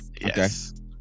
Yes